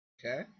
Okay